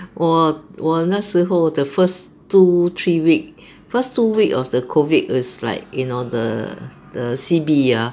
我我那时候 the first two three week first two week of the COVID is like you know the the C_B ah